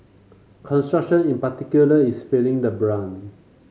construction in particular is feeling the brunt